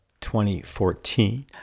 2014